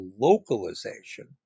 localization